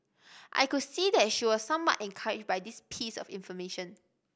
I could see that she was somewhat encouraged by this piece of information